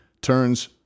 turns